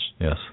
Yes